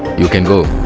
you can go